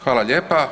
Hvala lijepa.